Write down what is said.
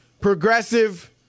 Progressive